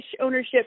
ownership